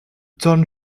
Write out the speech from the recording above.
town